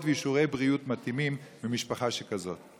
ואישורי בריאות מתאימים במשפחה שכזאת?